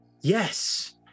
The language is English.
Yes